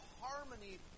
harmony